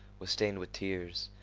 was stained with tears,